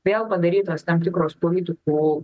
dėl padarytos tam tikros politikų